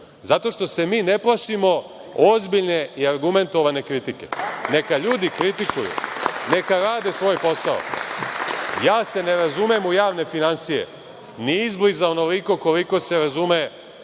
zato što se mi ne plašimo ozbiljne i argumentovane kritike. Neka ljudi kritikuju, neka rade svoj posao, ja se ne razumem u javne finansije ni izbliza onoliko koliko se razume